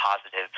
positive